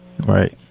Right